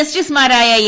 ജസ്റ്റിസുമാരായ എ